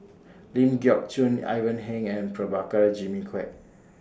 Ling Geok Choon Ivan Heng and Prabhakara Jimmy Quek